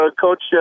Coach